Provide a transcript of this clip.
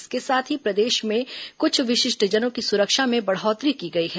इसके साथ ही प्रदेश में कुछ विशिष्टजनों की सुरक्षा में बढ़ोतरी की गई है